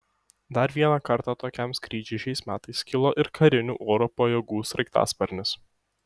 dar vieną kartą tokiam skrydžiui šiais metais kilo ir karinių oro pajėgų sraigtasparnis